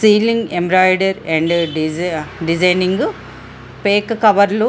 sowing embroidery and de designing pack కవర్లు